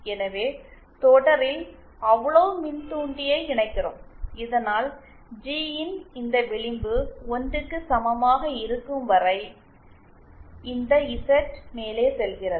எனவே தொடரில் அவ்வளவு மின்தூண்டியை இணைக்கிறோம் இதனால் ஜி ன் இந்த விளிம்பு 1 க்கு சமமாக இருக்கும் வரை இந்த இசட் மேலே செல்கிறது